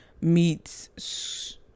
meets